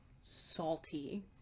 salty